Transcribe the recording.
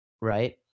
right